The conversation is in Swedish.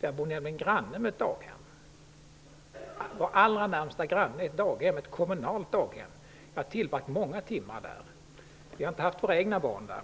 Jag bor nämligen granne med ett daghem; ett kommunal daghem är vår allra närmaste granne. Jag har tillbragt många timmar där, men vi har inte haft våra egna barn där.